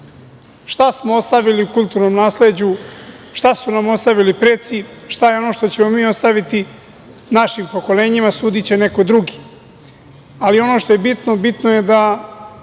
Šta smo ostavili u kulturnom nasleđu, šta su nam ostavili preci, šta je ono što ćemo mi ostaviti našim pokolenjima sudiće neko drugi, ali ono što je bitno, bitno je da